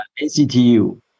NCTU